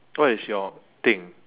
what is your thing